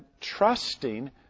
trusting